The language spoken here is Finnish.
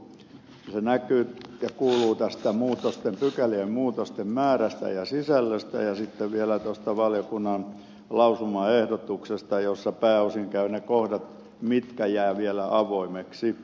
se näkyy ja kuuluu tästä pykälien muutosten määrästä ja sisällöstä ja sitten vielä tuosta valiokunnan lausumaehdotuksesta jossa pääosin käyvät ilmi ne kohdat mitkä jäävät vielä avoimiksi